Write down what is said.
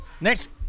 next